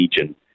region